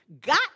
got